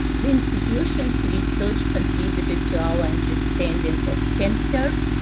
the institution's research contributed to our understanding of cancer,